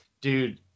Dude